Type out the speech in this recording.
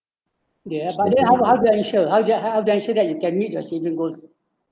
ya but then how how do ensure how do you how to ensure that you can meet your children goal